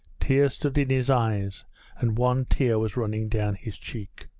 tears stood in his eyes and one tear was running down his cheek.